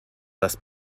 was